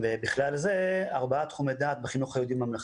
ובכלל זה ארבעה תחומי דעת בחינוך היהודי-ממלכתי: